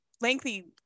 lengthy